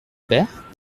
père